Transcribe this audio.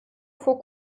vor